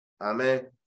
amen